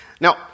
Now